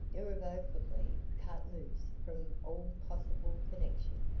irrevocably cut loose from all possible connection.